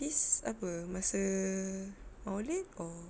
this apa masa poly or